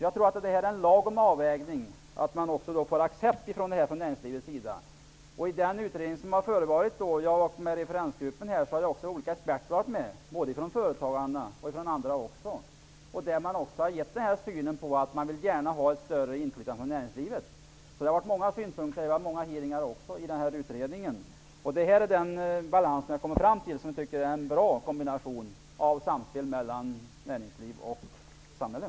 Jag tror vi har gjort en lagom avvägning. Det är också bra att näringlivet accepterar den. Jag har varit med i referensgruppen till den utredning som gjorts. Många olika aspekter har framförts, från företagarna och ifrån andra. Man har då låtit förstå att man gärna vill ha ett större inflytande från näringslivet. Det har framförts många synpunkter och gjorts många utfrågningar i utredningen. Till slut har man kommit fram till vad jag tycker är en bra kombination av samspel mellan näringsliv och samhälle.